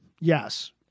Yes